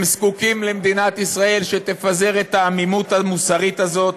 הם זקוקים למדינת ישראל שתפזר את העמימות המוסרית הזאת